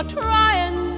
trying